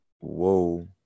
Whoa